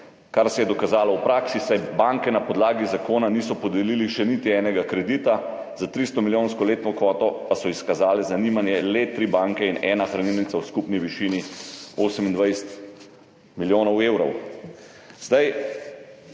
kar se je pokazalo v praksi, saj banke na podlagi zakona niso podelile še niti enega kredita, za 300-milijonsko letno kvoto pa so izkazale zanimanje le tri banke in ena hranilnica v skupni višini 28 milijonov evrov.